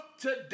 today